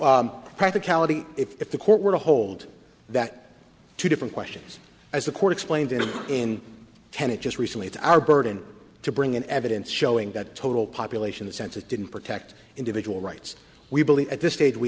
practicality if the court were to hold that two different questions as the court explained in in kennett just recently to our burden to bring in evidence showing that total population the census didn't protect individual rights we believe at this stage we